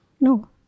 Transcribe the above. No